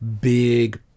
big